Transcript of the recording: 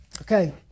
Okay